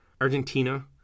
Argentina